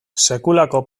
sekulako